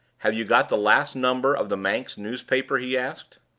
have you got the last number of the manx newspaper? he asked.